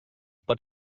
pot